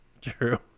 True